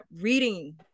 reading